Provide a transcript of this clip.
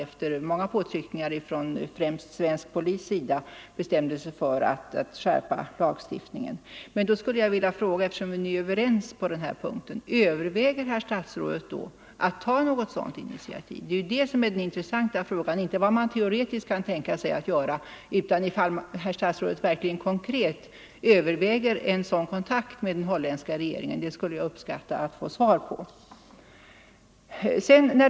Efter många påtryckningar från främst svensk polis bestämde sig Holland för att skärpa lagstiftningen. Eftersom vi är överens på den punkten skulle jag vilja fråga: Överväger herr statsrådet att ta något sådant initiativ? Det är ju det som är den intressanta frågan — inte vad man teoretiskt kan tänka sig att göra utan om statsrådet verkligen konkret överväger en sådan kontakt med den holländska regeringen. Jag skulle uppskatta att få svar på den frågan.